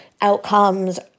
outcomes